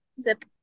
zip